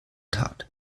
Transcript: tat